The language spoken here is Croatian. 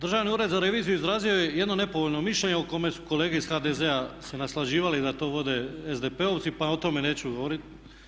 Državni ured za reviziju izrazio je jedno nepovoljno mišljenje o kome su kolege iz HDZ-a se naslađivali da to vode SDP-ovci pa o tome neću govorit.